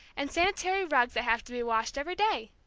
and sanitary rugs that have to be washed every day!